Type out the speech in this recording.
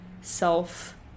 self